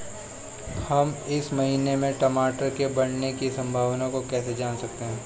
हम इस महीने में टमाटर के बढ़ने की संभावना को कैसे जान सकते हैं?